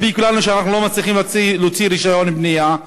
מספיק לנו שאנחנו לא מצליחים להוציא רישיון בנייה,